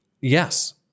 Yes